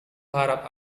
harap